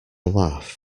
laugh